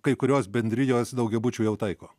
kai kurios bendrijos daugiabučių jau taiko